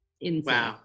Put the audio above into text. insane